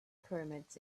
pyramids